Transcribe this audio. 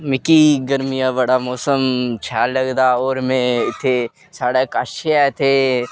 मिकी गर्मियें दा बड़ा मौसम शैल लगदा और में इत्थै साढ़ा घर कश गै इत्थै